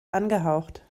angehaucht